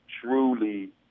truly